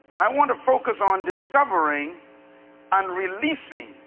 i want to focus on discovering and releasing,